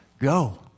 Go